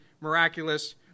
miraculous